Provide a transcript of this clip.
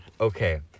Okay